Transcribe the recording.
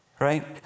Right